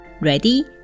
Ready